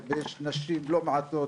ונשים לא מעטות,